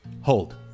Hold